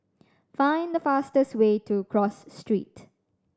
find the fastest way to Cross Street